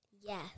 Yes